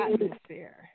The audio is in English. atmosphere